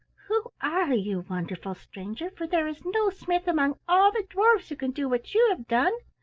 who are you, wonderful stranger, for there is no smith among all the dwarfs who can do what you have done?